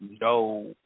no